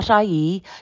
ie